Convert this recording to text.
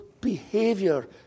behavior